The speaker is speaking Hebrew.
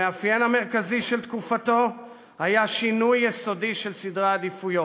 המאפיין המרכזי של תקופתו היה שינוי יסודי של סדרי עדיפויות: